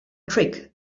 trick